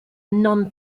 non